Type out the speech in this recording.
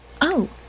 Oh